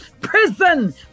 prison